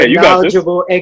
knowledgeable